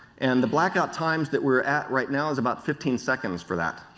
and the blackout times that we are at right now is about fifteen seconds for that.